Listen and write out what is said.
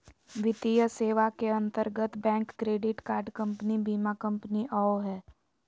वित्तीय सेवा के अंतर्गत बैंक, क्रेडिट कार्ड कम्पनी, बीमा कम्पनी आवो हय